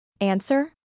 Answer